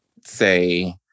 say